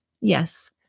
Yes